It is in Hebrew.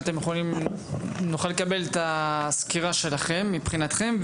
אם נוכל לקבל את הסקירה שלכם מבחינתכם,